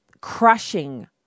crushing